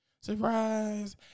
surprise